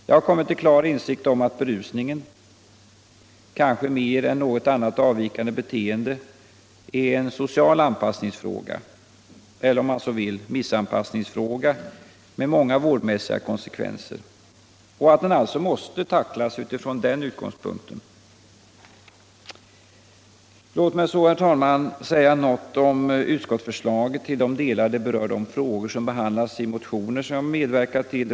Jag har kommit till klar insikt om att berusningen — kanske mer än något annat avvikande beteende — är något som hänger samman med social anpassning, eller om man så vill missanpassning, och som har många vårdmässiga konsekvenser. Frågan måste alltså tacklas utifrån den utgångspunkten! Låt mig så, herr talman, säga något om utskottsförslaget till de delar det berör de frågor som behandlas i motioner som jag medverkat till.